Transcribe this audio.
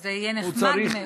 זה יהיה נחמד מאוד.